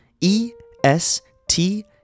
E-S-T-